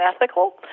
ethical